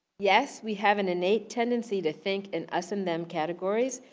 yes, we have an innate tendency to think in us and them categories,